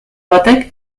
batek